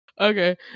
Okay